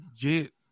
get